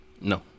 No